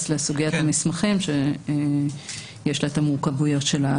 לסוגיית המסמכים שיש לה את המורכבויות שלה.